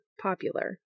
Popular